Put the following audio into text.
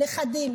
נכדים,